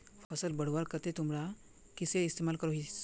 फसल बढ़वार केते तुमरा किसेर इस्तेमाल करोहिस?